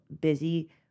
busy